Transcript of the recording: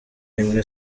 imwe